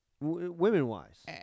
women-wise